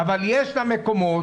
אבל יש מקומות,